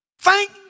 thank